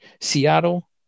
Seattle